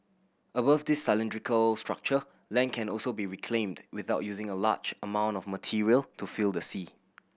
above this cylindrical structure land can also be reclaimed without using a large amount of material to fill the sea